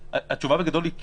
התשובה בגדול היא כן.